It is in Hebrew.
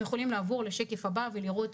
בולגריה